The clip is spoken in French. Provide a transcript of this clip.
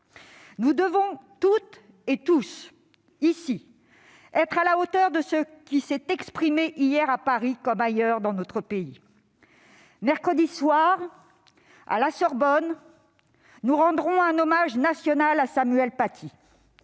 Nous devons toutes et tous ici être à la hauteur de ce qui s'est exprimé hier à Paris, comme ailleurs dans notre pays. Mercredi soir, à la Sorbonne, nous rendrons un hommage national à Samuel Paty.